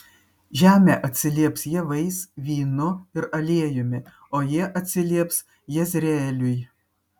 žemė atsilieps javais vynu ir aliejumi o jie atsilieps jezreeliui